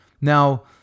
Now